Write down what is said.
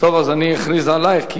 נסים זאב.